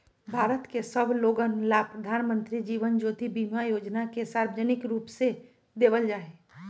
भारत के सब लोगन ला प्रधानमंत्री जीवन ज्योति बीमा योजना के सार्वजनिक रूप से देवल जाहई